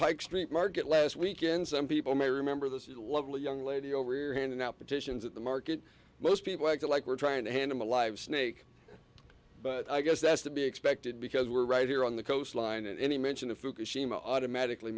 street market last weekend some people may remember this is lovely young lady over here handing out petitions at the market most people act like we're trying to hand him a live snake but i guess that's to be expected because we're right here on the coastline and any mention of fukushima automatically